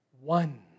one